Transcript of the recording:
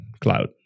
Cloud